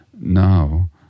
Now